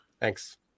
thanks